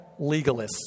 legalists